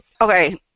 Okay